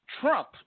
Trump